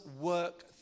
work